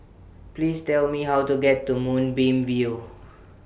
Please Tell Me How to get to Moonbeam View